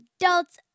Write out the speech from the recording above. adults